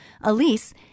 Elise